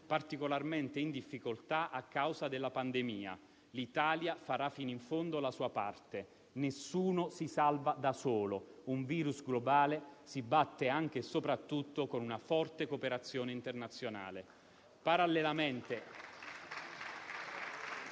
particolarmente in difficoltà a causa della pandemia. L'Italia farà fino in fondo la sua parte, nessuno si salva da solo. Un virus globale si batte anche e soprattutto con una forte cooperazione internazionale.